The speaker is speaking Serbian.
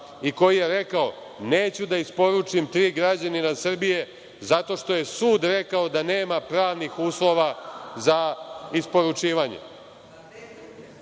i koji je rekao – neću da isporučim tri građanina Srbije zato što je sud rekao da nema pravnih uslova za isporučivanje.(Vjerica